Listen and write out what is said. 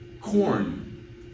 corn